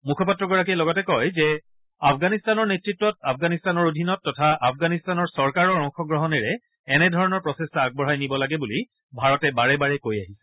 মুখপাত্ৰগৰাকীয়ে লগতে কয় যে আফগানিস্তানৰ নেতৃত্বত আফগানিস্তানৰ অধীনত তথা আফগানিস্তানৰ চৰকাৰৰ অংশগ্ৰহণেৰে এনেধৰণৰ প্ৰচেষ্টা আগবঢ়াই নিব লাগে বুলি ভাৰতে বাৰে বাৰে কৈ আহিছে